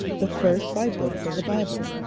the first five books of the bible.